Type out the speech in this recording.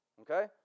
Okay